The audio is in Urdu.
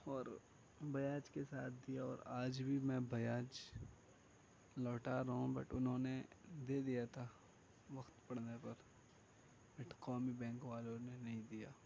اور بیاج کے ساتھ دیا اور آج بھی میں بیاج لوٹا رہا ہوں بٹ انہوں نے دے دیا تھا وقت پڑنے پر بٹ قومی بینک والوں نے نہیں دیا